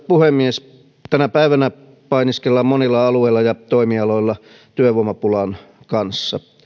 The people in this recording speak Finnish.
puhemies tänä päivänä painiskellaan monilla alueilla ja toimialoilla työvoimapulan kanssa